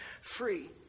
free